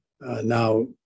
now